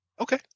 Okay